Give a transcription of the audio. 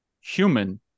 human